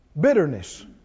Bitterness